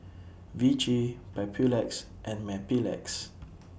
Vichy Papulex and Mepilex